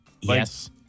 Yes